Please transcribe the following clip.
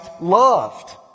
loved